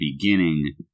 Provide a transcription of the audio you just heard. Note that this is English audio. beginning